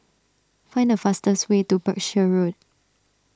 find the fastest way to Berkshire Road